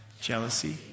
jealousy